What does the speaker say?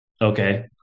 okay